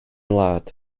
wlad